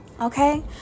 Okay